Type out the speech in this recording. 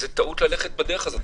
טעות ללכת בדרך הזאת.